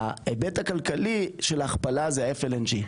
ההיבט הכלכלי של ההכפלה זה ה-FLNG.